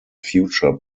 future